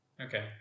Okay